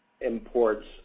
imports